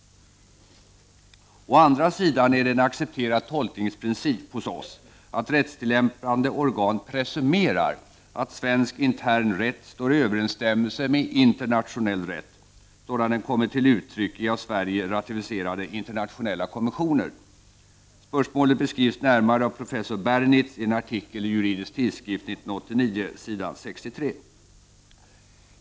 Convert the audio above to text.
Å andra sidan är det en accepterad tolkningsprincip hos oss att rättstillämpande organ presumerar att svensk intern rätt står i överensstämmelse med internationell rätt, sådan den kommit till uttryck i av Sverige ratificerade internationella konventioner. Spörsmålet beskrivs närmare av professor Bernitz i en artikel i Juridisk tidskrift 1989 s. 63.